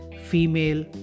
female